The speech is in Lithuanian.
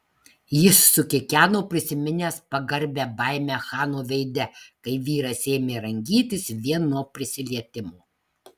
jis sukikeno prisiminęs pagarbią baimę chano veide kai vyras ėmė rangytis vien nuo prisilietimo